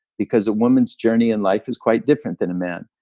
because a woman's journey in life is quite different than a man.